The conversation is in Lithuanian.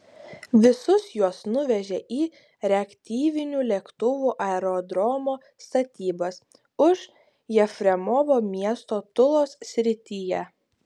visus juos nuvežė į reaktyvinių lėktuvų aerodromo statybas už jefremovo miesto tulos srityje